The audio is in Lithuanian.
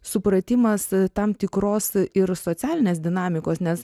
supratimas tam tikros ir socialinės dinamikos nes